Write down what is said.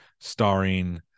starring